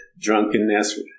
drunkenness